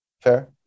fair